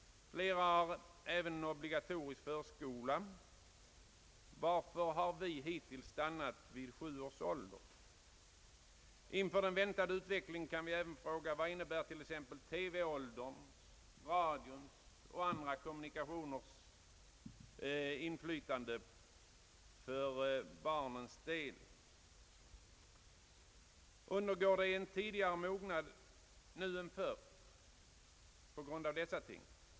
Flera har en obligatorisk förskola. Varför har vi hittills stannat vid 7-årsåldern? Inför den väntade utvecklingen kan vi även fråga: Vad innebär exempelvis TV, radio och andra kommunikationer i vår tid för barnens del? Undergår de en tidigare mognad nu än förr på grund av dessa ting?